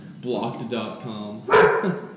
Blocked.com